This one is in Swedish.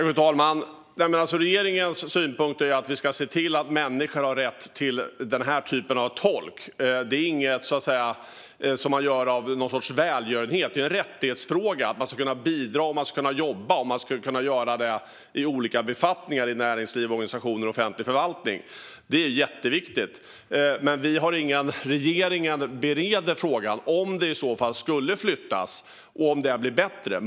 Fru talman! Regeringens synpunkt är att vi ska se till att människor har rätt till den här typen av tolk. Det är inte någon sorts välgörenhet, utan det är en rättighetsfråga. Man ska kunna bidra, man ska kunna jobba och man ska kunna göra det i olika befattningar i näringsliv, organisationer och offentlig förvaltning. Det är jätteviktigt. Regeringen bereder frågan om det skulle bli bättre om det flyttas.